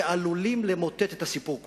שעלולים למוטט את הסיפור כולו.